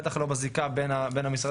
בטח לא בזיקה בין המשרדים.